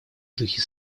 духе